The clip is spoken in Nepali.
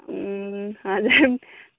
हजुर